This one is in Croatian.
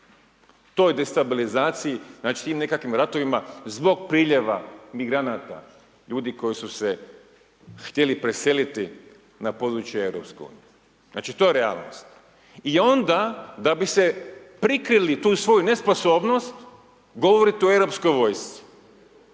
toj destabilizaciji znači i nekakvim ratovima zbog priljeva migranata, ljudi koji su se htjeli preseliti na područje EU. Znači to je realnost i onda da bi se prikrili tu svoju nesposobnost govorite o europskoj vojsci,